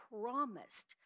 promised